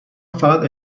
فقط